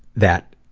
that